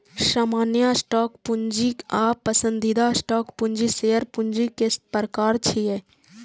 सामान्य स्टॉक पूंजी आ पसंदीदा स्टॉक पूंजी शेयर पूंजी के प्रकार छियै